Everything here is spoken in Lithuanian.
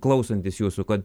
klausantis jūsų kad